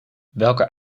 welke